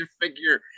figure